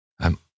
I'm